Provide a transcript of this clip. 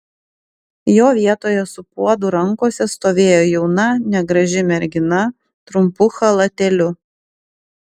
jo vietoje su puodu rankose stovėjo jauna negraži mergina trumpu chalatėliu